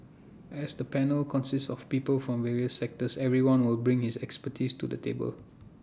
as the panel consists of people from various sectors everyone will bring his expertise to the table